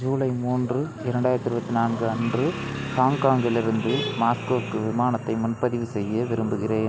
ஜூலை மூன்று இரண்டாயிரத்தி இருபத்தி நான்கு அன்று ஹாங்காங்கிலிருந்து மாஸ்கோக்கு விமானத்தை முன்பதிவு செய்ய விரும்புகிறேன்